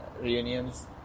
reunions